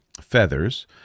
feathers